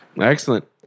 Excellent